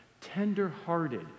tenderhearted